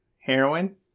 Heroin